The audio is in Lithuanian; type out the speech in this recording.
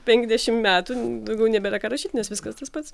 penkiasdešim metų daugiau nebėra ką rašyt nes viskas tas pats